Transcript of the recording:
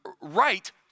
right